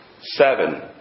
seven